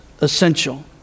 essential